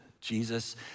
Jesus